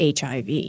HIV